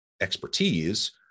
expertise